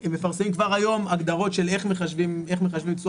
הם מפרסמים כבר היום הגדרות של איך מחשבים תשואה.